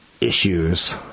issues